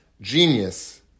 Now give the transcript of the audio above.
Genius